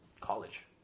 college